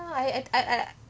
ya I I